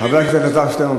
חבר הכנסת אלעזר שטרן,